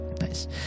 nice